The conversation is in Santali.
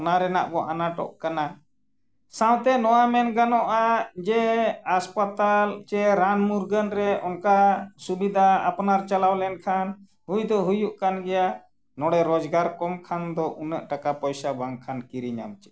ᱚᱱᱟ ᱨᱮᱱᱟᱜ ᱵᱚᱱ ᱟᱱᱟᱴᱚᱜ ᱠᱟᱱᱟ ᱥᱟᱶᱛᱮ ᱱᱚᱣᱟ ᱢᱮᱱ ᱜᱟᱱᱚᱜᱼᱟ ᱡᱮ ᱦᱟᱥᱯᱟᱛᱟᱞ ᱪᱮ ᱨᱟᱱ ᱢᱩᱨᱜᱟᱹᱱ ᱨᱮ ᱚᱱᱠᱟ ᱥᱩᱵᱤᱫᱷᱟ ᱟᱯᱱᱟᱨ ᱪᱟᱞᱟᱣ ᱞᱮᱱᱠᱷᱟᱱ ᱦᱩᱭ ᱫᱚ ᱦᱩᱭᱩᱜ ᱠᱟᱱᱜᱮᱭᱟ ᱱᱚᱸᱰᱮ ᱨᱚᱡᱜᱟᱨ ᱠᱚᱢ ᱠᱷᱟᱱ ᱫᱚ ᱩᱱᱟᱹᱜ ᱴᱟᱠᱟ ᱯᱚᱭᱥᱟ ᱵᱟᱝᱠᱷᱟᱱ ᱠᱤᱨᱤᱧᱟᱢ ᱪᱤᱠᱟᱹᱛᱮ